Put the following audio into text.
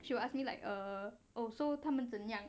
she will ask me like err oh so 他们怎样